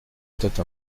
tête